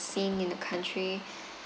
scene in the country